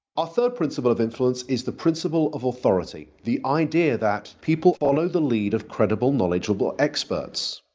our third principle of influence is the principle of authority. the idea that people follow the lead of credible knowledgeable experts.